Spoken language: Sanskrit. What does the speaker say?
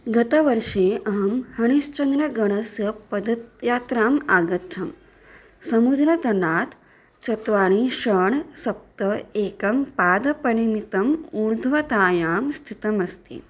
गतवर्षे अहं हरिश्चन्द्रगणस्य पदत् यात्राम् आगच्छम् समुद्रतटात् चत्वारि षट् सप्त एकं पादपरिमितम् ऊर्ध्वतायां स्थितमस्ति